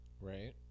Right